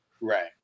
Right